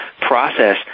process